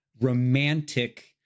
romantic